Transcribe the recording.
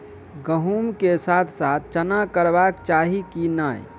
गहुम केँ साथ साथ चना करबाक चाहि की नै?